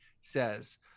says